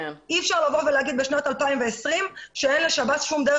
אי אפשר לבוא ולומר בשנת 2020 שלשירות בתי הסוהר אין שום דבר